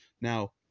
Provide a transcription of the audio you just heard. now